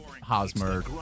Hosmer